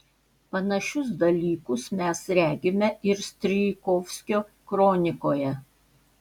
panašius dalykus mes regime ir strijkovskio kronikoje